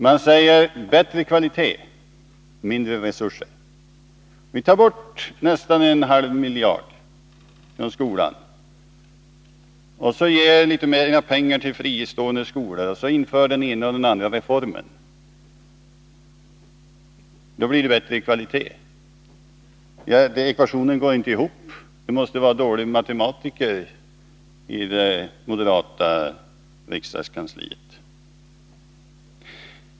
Man säger: Bättre kvalitet — mindre resurser. Vi tar bort nästan en halv miljard från anslaget för skolan, och så ger vi litet mer till fristående skolor. Sedan genomför vi nya reformer på det ena och det andra området. Då blir det bättre kvalitet. Men ekvationen går inte ihop. Man måste ha dåliga matematiker i den moderata riksdagsgruppens kansli.